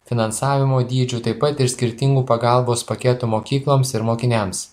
finansavimo dydžių taip pat ir skirtingų pagalbos paketų mokykloms ir mokiniams